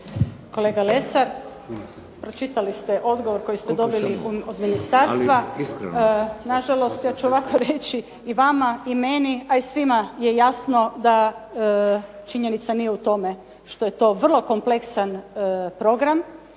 Kolega Lesar, pročitali ste odgovor koji ste dobili od ministarstva, nažalost ja ću ovako reći i vama i meni a i svima je jasno da činjenica nije u tome što je to vrlo kompleksan program,